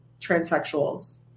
transsexuals